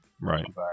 Right